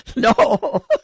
No